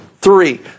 Three